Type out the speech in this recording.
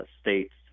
states